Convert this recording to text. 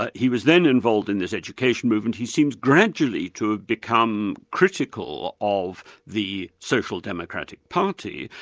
but he was then involved in this education movement, he seems gradually to become critical of the social democratic party,